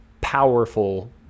powerful